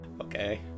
Okay